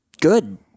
good